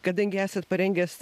kadangi esat parengęs